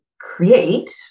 create